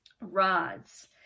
rods